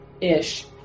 ish